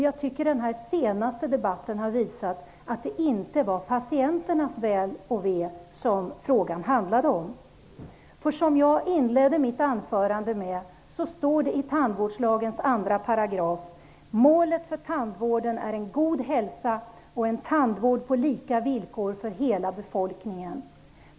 Jag tycker att den senaste debatten har visat att det inte är patienternas väl och ve som frågan handlar om. I tandvårdslagens 2 § framgår det att målet för tandvården är en god hälsa och en tandvård på lika villkor för hela befolkningen.